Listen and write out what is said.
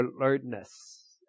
alertness